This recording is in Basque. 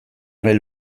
nahi